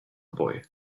boy